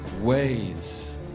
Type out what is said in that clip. ways